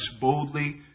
boldly